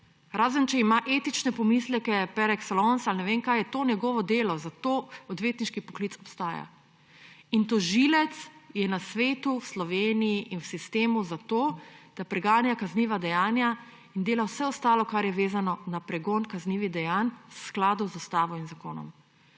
razen če ima etične pomisleke, par excellence ali ne vem kaj, je to njegovo delo, zato odvetniški poklic obstaja. In tožilec je na svetu, v Sloveniji in v sistemu zato, da preganja kazniva dejanja in dela vse ostalo, kar je vezano na pregon kaznivih dejanj, v skladu z ustavo in zakonom.